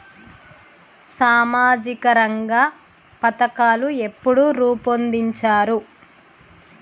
సామాజిక రంగ పథకాలు ఎప్పుడు రూపొందించారు?